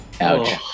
Ouch